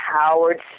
Howard